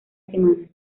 semanas